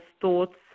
thoughts